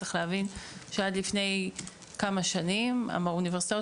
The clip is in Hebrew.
צריך להבין שעד לפני כמה שנים האוניברסיטאות